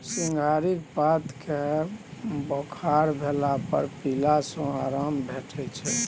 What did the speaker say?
सिंहारिक पात केँ बोखार भेला पर पीला सँ आराम भेटै छै